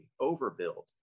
overbuild